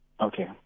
okay